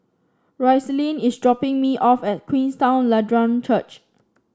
Roselyn is dropping me off at Queenstown Lutheran Church